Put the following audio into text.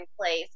place